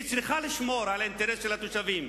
היא צריכה לשמור על האינטרס של התושבים,